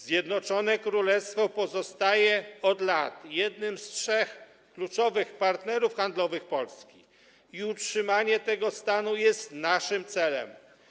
Zjednoczone Królestwo pozostaje od lat jednym z trzech kluczowych partnerów handlowych Polski i utrzymanie tego stanu jest naszym celem.